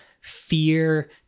fear